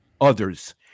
others